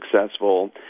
successful